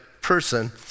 person